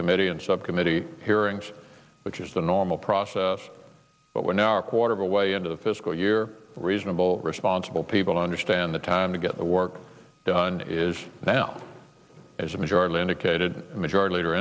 committee and subcommittee hearings which is the normal process but we're now a quarter of a way into the fiscal year reasonable responsible people understand the time to get the work done is now as a majority indicated majority leader